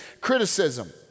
criticism